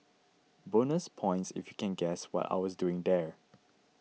bonus points if you can guess what I was doing there